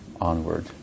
onward